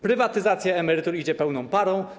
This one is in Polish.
Prywatyzacja emerytur idzie pełną parą.